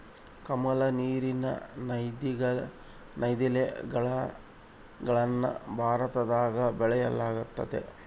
ಕಮಲ, ನೀರಿನ ನೈದಿಲೆಗಳನ್ನ ಭಾರತದಗ ಬೆಳೆಯಲ್ಗತತೆ